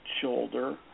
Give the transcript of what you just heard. shoulder